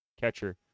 catcher